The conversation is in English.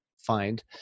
find